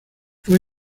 fue